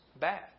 bad